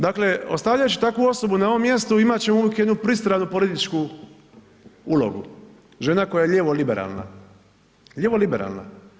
Dakle, ostavljavši takvu osobu na ovom mjestu imat ćemo jednu pristanu političku ulogu, žena koja je lijevo liberalna, lijevo liberalna.